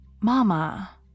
Mama